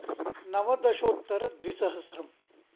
नवदशोत्तरद्विसहस्रम्